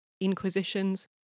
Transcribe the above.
inquisitions